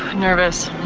nervous,